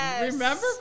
Remember